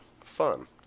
Fun